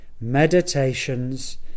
meditations